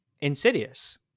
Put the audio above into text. insidious